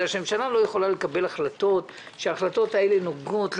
בגלל שהממשלה לא יכולה לקבל החלטות כשהחלטות האלה נוגעות,